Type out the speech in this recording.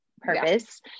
purpose